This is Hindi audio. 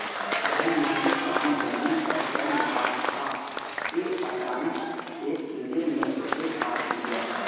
वह नंगे पांव जमीन पर चल रहा था कि अचानक एक कीड़े ने उसे काट लिया